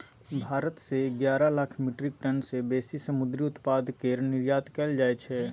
भारत सँ एगारह lakh metric tonne सँ बेसी समुंदरी उत्पाद केर निर्यात कएल जाइ छै